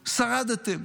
שרדתם.